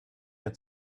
mir